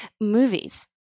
Movies